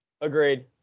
Agreed